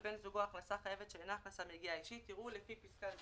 יראו, לעניין פסקה זו,